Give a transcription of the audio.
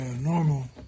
normal